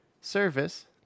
service